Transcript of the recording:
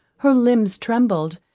her limbs trembled,